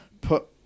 put